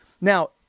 now